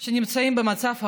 שנמצאים במצב עגום,